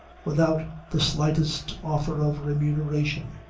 without the slightest offer of remuneration.